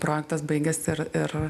projektas baigiasi ir ir